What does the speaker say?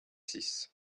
six